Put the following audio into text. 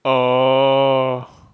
oh